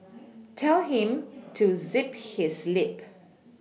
tell him to zip his lip